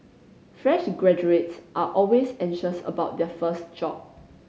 fresh graduates are always anxious about their first job